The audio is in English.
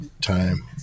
time